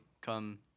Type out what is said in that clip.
come